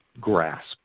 grasp